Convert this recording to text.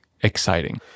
exciting